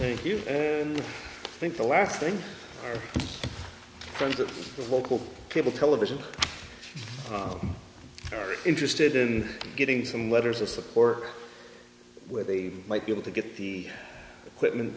thank you think the last thing friends of the local cable television interested in getting some letters of support where they might be able to get the equipment